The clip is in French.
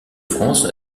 france